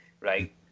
right